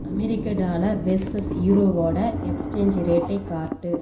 அமெரிக்க dollar versus யூரோவோட exchange ரேட்டை காட்டு